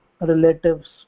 relatives